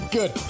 Good